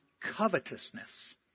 covetousness